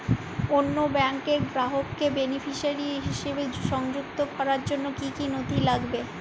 অন্য ব্যাংকের গ্রাহককে বেনিফিসিয়ারি হিসেবে সংযুক্ত করার জন্য কী কী নথি লাগবে?